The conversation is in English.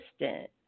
assistant